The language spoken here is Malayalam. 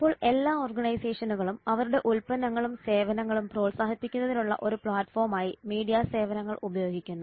ഇപ്പോൾ എല്ലാ ഓർഗനൈസേഷനുകളും അവരുടെ ഉൽപ്പന്നങ്ങളും സേവനങ്ങളും പ്രോത്സാഹിപ്പിക്കുന്നതിനുള്ള ഒരു പ്ലാറ്റ്ഫോമായി മീഡിയ സേവനങ്ങൾ ഉപയോഗിക്കുന്നു